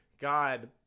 God